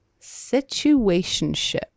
Situationship